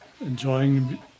enjoying